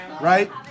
right